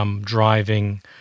driving